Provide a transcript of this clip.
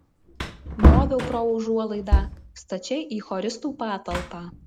moviau pro užuolaidą stačiai į choristų patalpą